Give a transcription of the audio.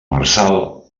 marçal